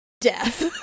death